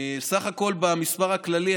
סך הכול במספר הכללי,